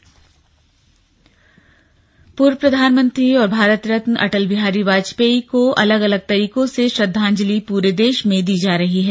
slug Madrasa board पूर्व प्रधानमंत्री और भारत रत्न अटल बिहारी वाजपेयी को अलग अलग तरीकों से श्रद्धांजलि पूरे देश में दी जा रही है